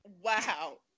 wow